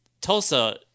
Tulsa